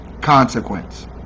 consequence